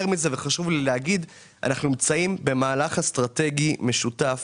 חשוב לי להגיד שאנחנו נמצאים במהלך אסטרטגי משותף